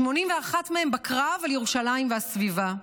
81 מהם בקרב על ירושלים והסביבה.